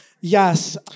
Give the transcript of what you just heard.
Yes